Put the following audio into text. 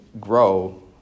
Grow